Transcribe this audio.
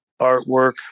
artwork